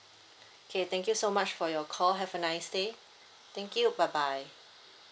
okay thank you so much for your call have a nice day thank you bye bye